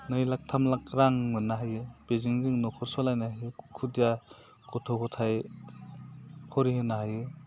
नै लाख थाम लाख रां मोननो हायो बेजों जों न'खर सलायनो हायो खुदिया गथ' गथाय फरि होनो हायो